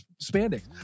spandex